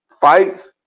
fights